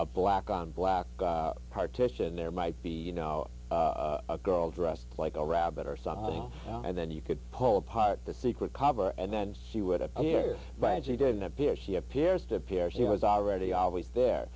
a black on black partition there might be you know a girl dressed like a rabbit or something and then you could hold the secret cobber and then she would appear by and she didn't appear she appears to appear she was already always there